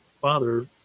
father